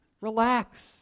relax